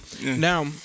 Now